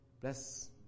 Bless